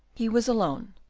he was alone,